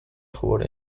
geworden